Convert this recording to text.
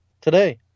Today